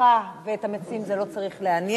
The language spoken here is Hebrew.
אותך ואת המציעים זה לא צריך לעניין,